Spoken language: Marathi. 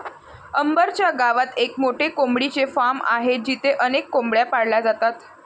अंबर च्या गावात एक मोठे कोंबडीचे फार्म आहे जिथे अनेक कोंबड्या पाळल्या जातात